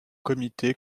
comité